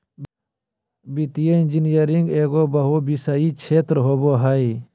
वित्तीय इंजीनियरिंग एगो बहुविषयी क्षेत्र होबो हइ